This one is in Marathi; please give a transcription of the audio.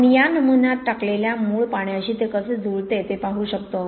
आपण या नमुन्यात टाकलेल्या मूळ पाण्याशी ते कसे जुळते ते पाहू शकतो